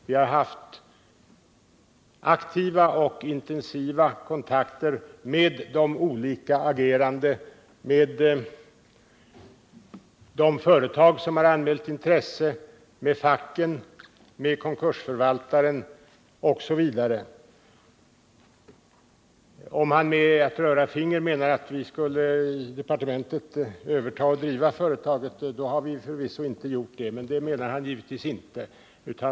Vi har haft aktiva och intensiva kontakter med de olika agerande, med de företag som har anmält intresse, med facken, med konkursförvaltaren osv. Om han med att röra finger menar att departementet skulle överta och driva företaget, då är det sant att vi inte gjort det, men det menar han förvisso inte.